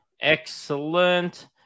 excellent